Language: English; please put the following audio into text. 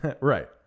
Right